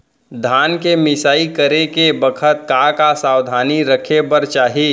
धान के मिसाई करे के बखत का का सावधानी रखें बर चाही?